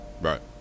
Right